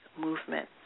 movement